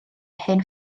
hen